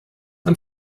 man